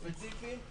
ספציפיים.